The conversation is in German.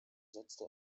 setzte